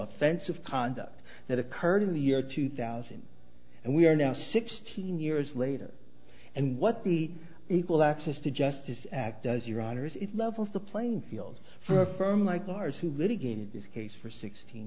offensive conduct that occurred in the year two thousand and we are now sixteen years later and what the equal access to justice act does your honor is it levels the playing field for a firm like ours who litigated this case for sixteen